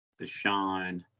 Deshaun